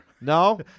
No